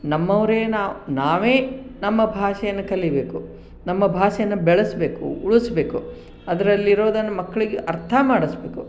ನಮ್ಮವ್ರೆ ನಾವು ನಾವೇ ನಮ್ಮ ಭಾಷೆಯನ್ನು ಕಲಿಬೇಕು ನಮ್ಮ ಭಾಷೆಯನ್ನು ಬೆಳೆಸಬೇಕು ಉಳಿಸಬೇಕು ಅದ್ರಲ್ಲಿರೋದನ್ನು ಮಕ್ಕಳಿಗೆ ಅರ್ಥ ಮಾಡಿಸಬೇಕು